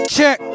Check